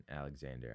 Alexander